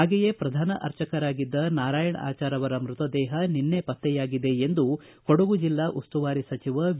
ಹಾಗೆಯೇ ಪ್ರಧಾನ ಅರ್ಚಕರಾಗಿದ್ದ ನಾರಾಯಣ ಆಚಾರ್ ಅವರ ಮೃತ ದೇಹ ನಿನ್ನೆ ಪತ್ತೆಯಾಗಿದೆ ಎಂದು ಕೊಡಗು ಜಿಲ್ಲಾ ಉಸ್ತುವಾರಿ ಸಚಿವ ವಿ